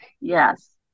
Yes